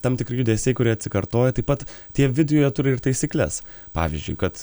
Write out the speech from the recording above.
tam tikri judesiai kurie atsikartoja taip pat tie vidijo turi ir taisykles pavyzdžiui kad